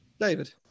David